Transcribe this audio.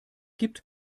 gibt